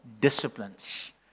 disciplines